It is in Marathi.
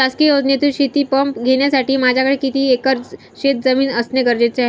शासकीय योजनेतून शेतीपंप घेण्यासाठी माझ्याकडे किती एकर शेतजमीन असणे गरजेचे आहे?